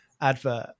advert